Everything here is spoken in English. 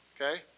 Okay